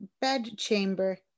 Bedchamber